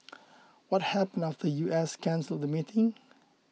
what happened U S cancelled the meeting